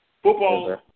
Football